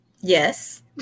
Yes